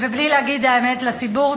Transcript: ובלי להגיד את האמת לציבור.